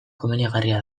komenigarria